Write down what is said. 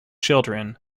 children